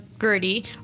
Gertie